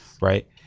right